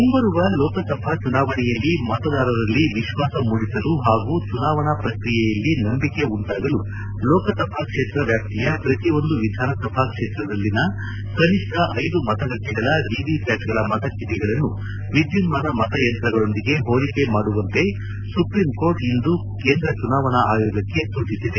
ಮುಂಬರುವ ಲೋಕಸಭಾ ಚುನಾವಣೆಯಲ್ಲಿ ಮತದಾರರಲ್ಲಿ ವಿಶ್ವಾಸ ಮೂಡಿಸಲು ಹಾಗೂ ಚುನಾವಣಾ ಪ್ರಕ್ರಿಯೆಯಲ್ಲಿ ನಂಬಿಕೆ ಉಂಟಾಗಲು ಲೋಕಸಭಾ ಕ್ಷೇತ್ರ ವ್ಯಾಪ್ತಿಯ ಪ್ರತಿ ಒಂದು ವಿಧಾನಸಭಾ ಕ್ಷೇತ್ರದಲ್ಲಿನ ಕನಿಷ್ಠ ಐದು ಮತಗಟ್ಟಿಗಳ ವಿವಿಪ್ಕಾಟ್ಗಳ ಮತಚೀಟಗಳನ್ನು ವಿದ್ಯುನ್ದಾನ ಮತಯಂತ್ರಗಳೊಂದಿಗೆ ಹೋಲಿಕೆ ಮಾಡುವಂತೆ ಸುಪ್ರೀಂ ಕೋರ್ಟ್ ಇಂದು ಕೇಂದ್ರ ಚುನಾವಣಾ ಆಯೋಗಕ್ಕೆ ಸೂಚಿಸಿದೆ